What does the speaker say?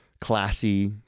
classy